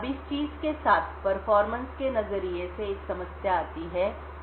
अब इस चीज़ के साथ प्रदर्शन के नज़रिए से एक समस्या आती है